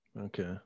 Okay